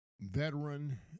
veteran